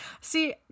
See